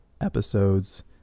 episodes